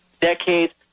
decades